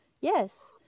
Yes